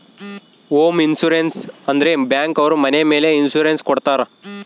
home insurance ಅಂದ್ರೆ bank ಅವ್ರು ಮನೆ ಮೇಲೆ ಇನ್ಸೂರೆನ್ಸ್ ಕೊಡ್ತಾರ